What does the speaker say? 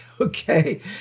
Okay